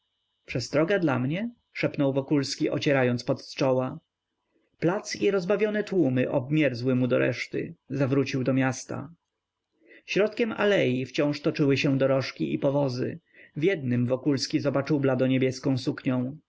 nim przestroga dla mnie szepnął wokulski ocierając pot z czoła plac i rozbawione tłumy obmierzły mu do reszty zawrócił do miasta środkiem alei wciąż toczyły się dorożki i powozy w jednym wokulski zobaczył